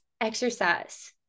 exercise